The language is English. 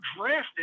drafted